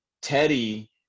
Teddy